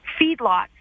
feedlots